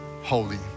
holy